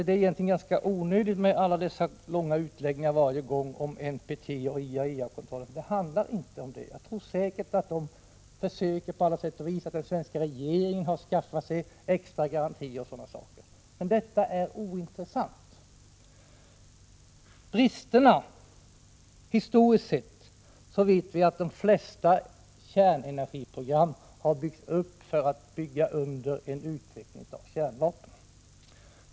Det är egentligen ganska onödigt med alla dessa långa utläggningar om NPT och IAEA-kontrollen som görs varje gång — det handlar inte om det. Jag tror säkert att de anslutna länderna på alla sätt och vis försöker och att den svenska regeringen har skaffat sig extra garantier och sådant. Men detta är ointressant. Historiskt sett vet vi att de flesta kärnenergiprogram har byggts upp för att underbygga en utveckling av kärnvapen.